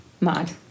Mad